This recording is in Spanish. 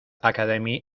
academy